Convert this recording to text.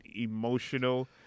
emotional